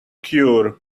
cure